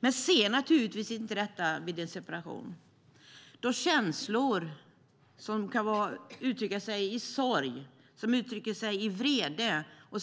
Men de ser inte detta vid en separation, då känslor som kan uttrycka sig som sorg, vrede och